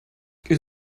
ihr